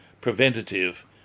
preventative